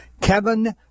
Kevin